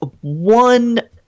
one